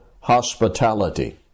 hospitality